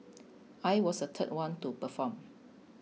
I was the third one to perform